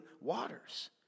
waters